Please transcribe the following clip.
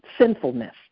sinfulness